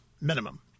minimum